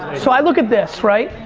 so i look at this, right?